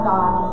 God